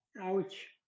ouch